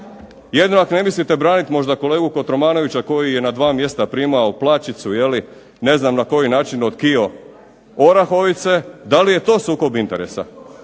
jedino ako ne mislite braniti možda kolegu Kotromanovića koji je na dva mjesta primao plaćicu, ne znam na koji način od Kio Orahovice. Da li je to sukob interesa?